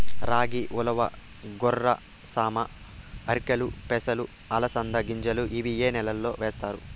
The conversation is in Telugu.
రాగి, ఉలవ, కొర్ర, సామ, ఆర్కెలు, పెసలు, అలసంద గింజలు ఇవి ఏ నెలలో వేస్తారు?